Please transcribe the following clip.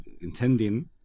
Intending